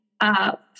up